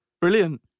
brilliant